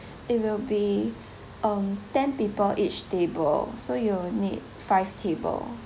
it will be um ten people each table so you will need five table